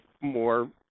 more